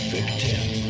Victim